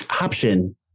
option